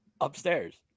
upstairs